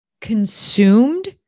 consumed